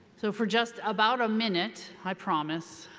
so for just about a minute, i promise,